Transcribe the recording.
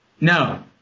No